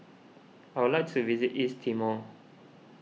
I would like to visit East Timor